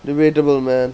debatable man